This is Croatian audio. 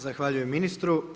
Zahvaljujem ministru.